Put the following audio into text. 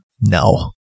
No